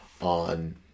on